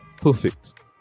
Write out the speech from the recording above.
perfect